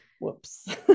whoops